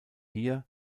hier